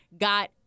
got